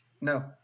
No